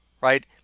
Right